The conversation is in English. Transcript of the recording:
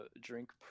Drink